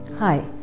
Hi